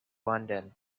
london